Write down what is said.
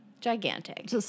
gigantic